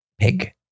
pig